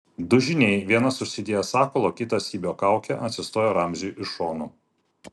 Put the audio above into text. du žyniai vienas užsidėjęs sakalo o kitas ibio kaukę atsistojo ramziui iš šonų